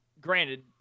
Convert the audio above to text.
granted